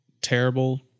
terrible